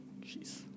Jeez